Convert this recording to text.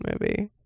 movie